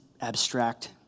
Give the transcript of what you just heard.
abstract